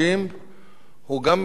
הוא גם פתרון לא צודק,